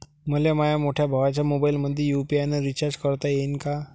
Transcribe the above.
मले माह्या मोठ्या भावाच्या मोबाईलमंदी यू.पी.आय न रिचार्ज करता येईन का?